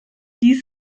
dies